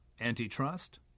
Antitrust